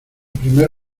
primer